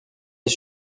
les